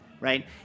Right